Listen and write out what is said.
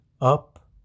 Up